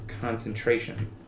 Concentration